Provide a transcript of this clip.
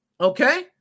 Okay